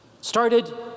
started